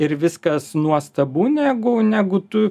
ir viskas nuostabu negu negu tu